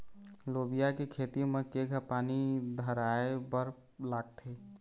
लोबिया के खेती म केघा पानी धराएबर लागथे?